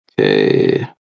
Okay